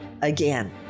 again